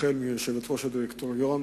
החל מיושבת-ראש הדירקטוריון